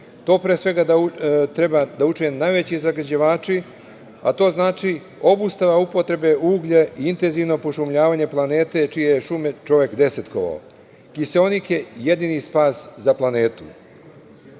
To treba da učine najveći zagađivači, a to znači obustava upotrebe uglja, intenzivno pošumljavanje planete, čije je šume čovek desetkovao. Kiseonik je jedini spas za planetu. Dobro